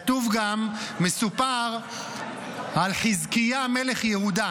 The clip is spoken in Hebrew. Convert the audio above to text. כתוב גם, מסופר על חזקיה מלך יהודה.